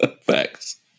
Facts